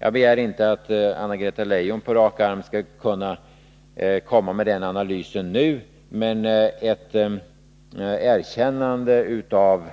Jag begär inte att Anna-Greta Leijon på rak arm skall kunna komma med den analysen nu, men ett erkännande av